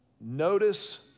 Notice